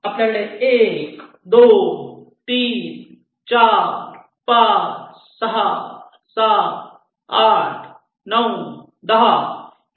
आपल्याकडे 1 2 3 4 5 6 7 8 9 10 नेट आहेत